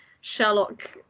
Sherlock